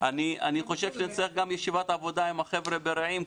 אני חושב שצריך ישיבת עבודה עם החבר'ה ברעים.